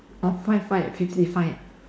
hor five five fifty five ah